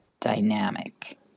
dynamic